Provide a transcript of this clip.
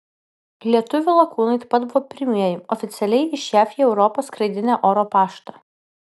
lietuvių lakūnai taip pat buvo pirmieji oficialiai iš jav į europą skraidinę oro paštą